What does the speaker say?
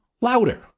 louder